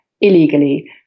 illegally